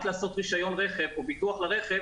רק לעשות רישיון רכב או ביטוח לרכב,